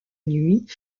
nuit